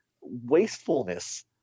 wastefulness